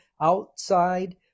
outside